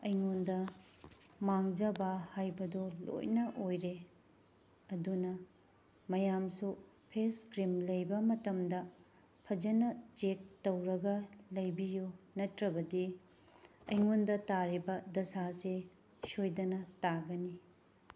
ꯑꯩꯉꯣꯟꯗ ꯃꯥꯡꯖꯕ ꯍꯥꯏꯕꯗꯣ ꯂꯣꯏꯅ ꯑꯣꯏꯔꯦ ꯑꯗꯨꯅ ꯃꯌꯥꯝꯁꯨ ꯐꯦꯁ ꯀ꯭ꯔꯤꯝ ꯂꯩꯕ ꯃꯇꯝꯗ ꯐꯖꯅ ꯆꯦꯛ ꯇꯧꯔꯒ ꯂꯩꯕꯤꯌꯨ ꯅꯠꯇ꯭ꯔꯒꯗꯤ ꯑꯩꯉꯣꯟꯗ ꯇꯥꯔꯤꯕ ꯗꯁꯥꯁꯦ ꯁꯣꯏꯗꯅ ꯇꯥꯒꯅꯤ